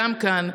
גם כאן,